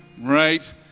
right